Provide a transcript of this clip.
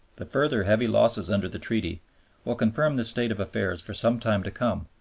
the further heavy losses under the treaty will confirm this state of affairs for some time to come,